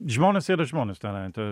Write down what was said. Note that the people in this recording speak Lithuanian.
žmonės yra žmonės tenai toj